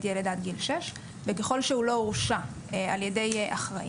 ילד עד גיל שש וככל שהוא לא הורשע על ידי אחראי.